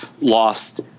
lost